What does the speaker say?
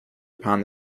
upon